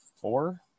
four